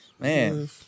Man